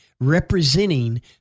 representing